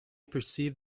perceived